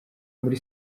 muri